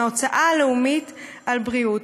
מההוצאה הלאומית על בריאות.